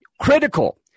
Critical